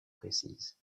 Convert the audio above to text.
précises